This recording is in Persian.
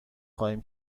خواهیم